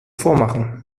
vormachen